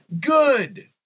good